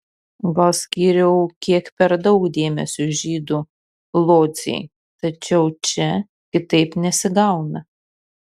gal skyriau kiek per daug dėmesio žydų lodzei tačiau čia kitaip nesigauna